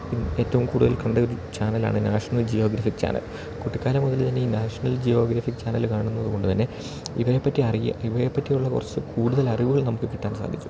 പിന്നെ ഏറ്റവും കൂടുതൽ കണ്ട ഒരു ചാനലാണ് നാഷ്ണൽ ജിയോഗ്രഫിക് ചാനൽ കുട്ടിക്കാലം മുതൽ തന്നെ ഈ നാഷണൽ ജിയോഗ്രഫിക് ചാനല് കാണുന്നത് കൊണ്ട് തന്നെ ഇവരേപ്പറ്റി അറിയാൻ ഇവയെപ്പറ്റിയുള്ള കുറച്ച് കൂടുതൽ അറിവുകൾ നമുക്ക് കിട്ടാൻ സാധിച്ചു